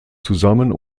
zusammen